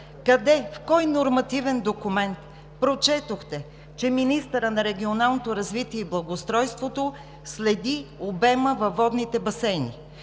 къде, в кой нормативен документ прочетохте, че министърът на регионалното развитие и благоустройството следи обема във водните басейни,